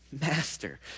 Master